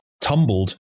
tumbled